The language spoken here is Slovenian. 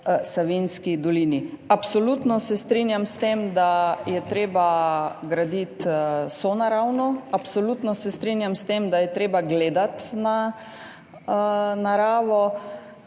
Savinjski dolini. Absolutno se strinjam s tem, da je treba graditi sonaravno, absolutno se strinjam s tem, da je treba gledati na naravo.